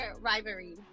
rivalry